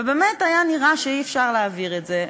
ובאמת היה נראה שאי-אפשר להעביר את זה.